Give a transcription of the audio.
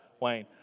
Wayne